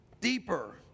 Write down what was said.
deeper